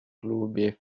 klubi